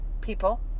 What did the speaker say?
people